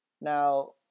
Now